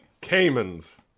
Cayman's